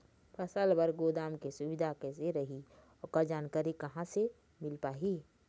फसल बर गोदाम के सुविधा कैसे रही ओकर जानकारी कहा से मिल पाही?